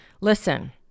Listen